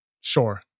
sure